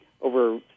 over